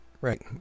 Right